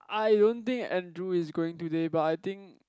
I don't think Andrew is going today but I think